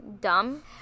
dumb